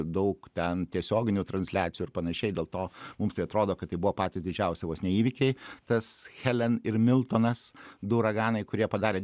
daug ten tiesioginių transliacijų ir panašiai dėl to mums tai atrodo kad tai buvo patys didžiausi vos ne įvykiai tas helen ir miltonas du uraganai kurie padarė